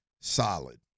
solid